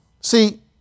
See